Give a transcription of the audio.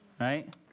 right